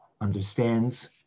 understands